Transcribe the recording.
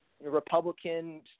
Republican